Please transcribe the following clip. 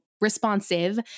responsive